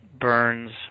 burns